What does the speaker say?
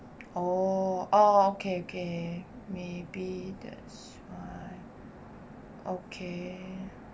oh oh okay okay maybe that's why okay